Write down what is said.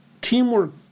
teamwork